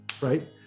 right